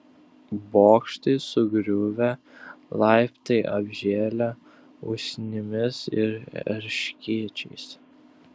bokštai sugriuvę laiptai apžėlę usnimis ir erškėčiais